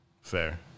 Fair